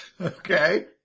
Okay